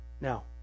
Now